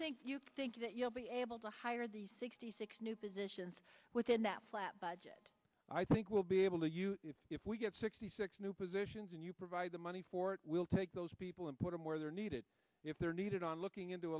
think you think that you'll be able to hire the sixty six new positions within that flat budget i think we'll be able to you if we get sixty six new positions and you provide the money for we'll take those people and put them where they're needed if they're needed on looking into